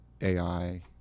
AI